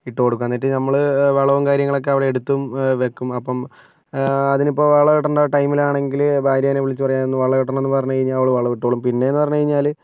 ഇട്ടു കൊടുക്കും എന്നിട്ട് നമ്മള് വളവും കാര്യങ്ങളൊക്കെ അവിടെ എടുത്തും വയ്ക്കും അപ്പം അതിനിപ്പം വളം ഇടണ്ട ടൈമിലാണെങ്കില് ഭാര്യനെ വിളിച്ച് പറയും ഇന്ന് വളമിടണം എന്ന് പറഞ്ഞു കഴിഞ്ഞാൽ അവളു വളം ഇട്ടോളും പിന്നെന്നു പറഞ്ഞ കഴിഞ്ഞാല്